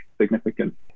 significant